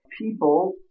people